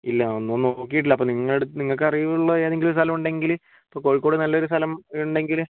ഇല്ല ഒന്നും നോക്കിയിട്ടില്ല അപ്പം നിങ്ങടടുത്തു നിങ്ങൾക്കറിവുള്ള ഏതെങ്കിലും ഒരു സ്ഥലമുണ്ടെങ്കില് ഇപ്പോൾ കോഴിക്കോട് നല്ലൊരു സ്ഥലം ഉണ്ടെങ്കില്